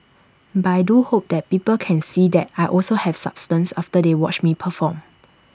but I do hope that people can see that I also have substance after they watch me perform